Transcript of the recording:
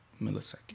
millisecond